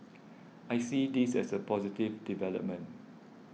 I see this as a positive development